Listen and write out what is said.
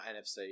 NFC